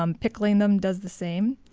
um pickling them does the same.